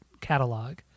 catalog